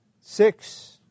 Six